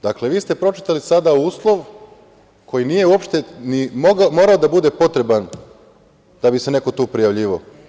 Dakle, vi ste pročitali sada uslov koji nije uopšte morao da bude potreban da bi se neko tu prijavljivao.